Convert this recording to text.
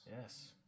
Yes